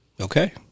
Okay